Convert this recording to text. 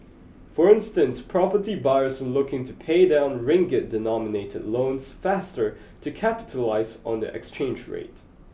for instance property buyers are looking to pay down ring git denominated loans faster to capitalise on the exchange rate